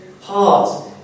heart